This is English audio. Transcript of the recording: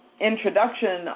introduction